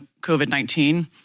COVID-19